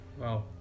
Wow